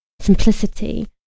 simplicity